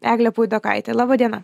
eglė puidokaitė laba diena